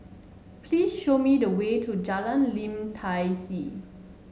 please show me the way to Jalan Lim Tai See